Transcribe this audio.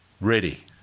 ready